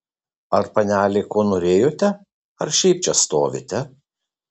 ar panelė ko norėjote ar šiaip čia stovite